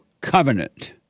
covenant